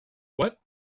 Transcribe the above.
what